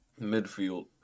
Midfield